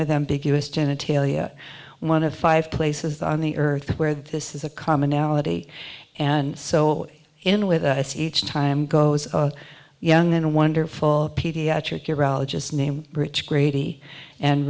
genitalia one of five places on the earth where this is a commonality and so in with us each time goes of young and wonderful pediatric neurologist name rich grady and